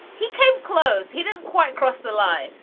he came close. he didn't quite cross the line.